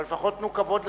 אבל לפחות תנו כבוד לדיון.